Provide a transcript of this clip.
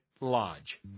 Lodge